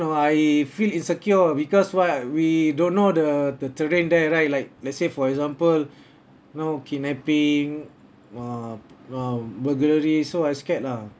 know I feel insecure because why we don't know the the terrain there right like let's say for example know kidnapping uh uh burglary so I scared lah